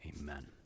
amen